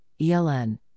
ELN